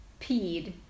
peed